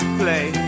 play